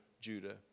Judah